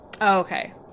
Okay